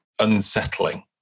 unsettling